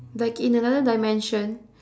like in another dimension